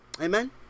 Amen